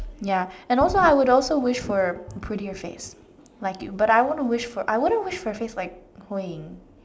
ya and also I would also wish for a prettier face like you but I wouldn't wish for I wouldn't wish for a face like Hui-Ying